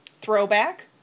throwback